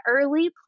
early